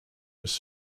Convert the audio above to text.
was